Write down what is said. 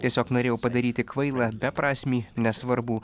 tiesiog norėjau padaryti kvailą beprasmį nesvarbu